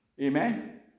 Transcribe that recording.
Amen